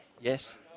Yes